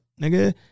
nigga